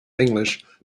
english